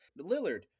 Lillard